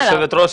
היושבת ראש,